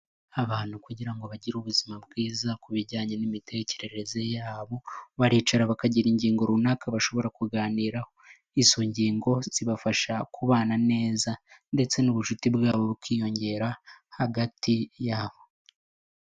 Abantu kugira ngo bagire ubuzima bwiza ku bijyanye n'imitekerereze yabo, baricara bakagira ingingo runaka bashobora kuganiraho. Izo ngingo zibafasha kubana neza, ndetse n'ubucuti bwabo bukiyongera, hagati yabo.